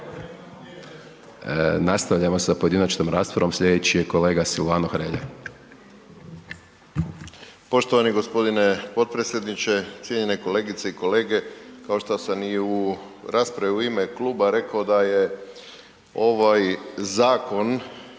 Nastavljamo sa pojedinačnom raspravom. Slijedeći je kolega Silvano Hrelja. **Hrelja, Silvano (HSU)** Poštovani gospodine potpredsjedniče, cijenjene kolegice i kolege kao što sam i u raspravi u ime kluba rekao da je ovaj zakon